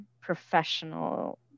professional